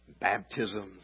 Baptisms